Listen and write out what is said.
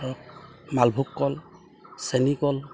ধৰক মালভোগ কল চেনী কল